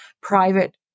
private